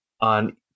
on